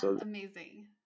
amazing